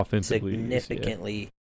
significantly